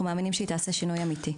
ואנחנו מאמינים שהיא תעשה שינוי אמיתי.